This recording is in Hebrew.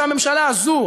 שהממשלה הזאת,